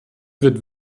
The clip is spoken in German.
wird